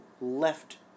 left